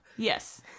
Yes